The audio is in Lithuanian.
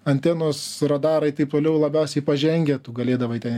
antenos radarai taip toliau labiausiai pažengę tu galėdavai ten